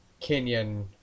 Kenyan